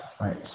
Right